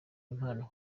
impamo